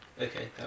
okay